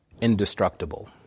indestructible